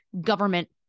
government